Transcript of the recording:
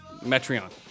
Metreon